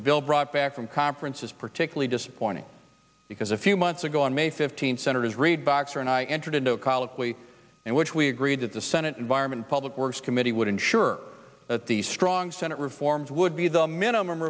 bill brought back from conferences particularly disappointing because a few months ago on may fifteenth senators reid boxer and i entered into a colloquy in which we agreed that the senate environment public works committee would ensure that the strong senate reforms would be the minimum